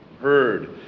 heard